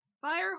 Fire